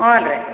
ಹ್ಞೂ ರೀ